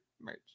merch